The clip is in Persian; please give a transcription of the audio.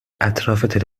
اطراف